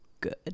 good